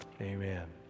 Amen